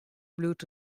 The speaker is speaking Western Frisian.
bliuwt